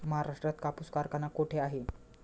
महाराष्ट्रात कापूस कारखाना कुठे आहे?